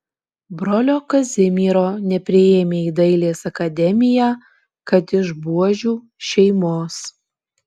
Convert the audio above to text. brolio kazimiero nepriėmė į dailės akademiją kad iš buožių šeimos